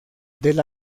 del